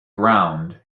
ground